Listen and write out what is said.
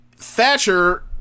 Thatcher